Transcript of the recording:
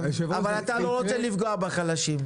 אבל אתה לא רוצה לפגוע בחלשים.